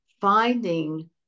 finding